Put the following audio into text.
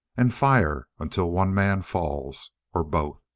and fire until one man falls or both!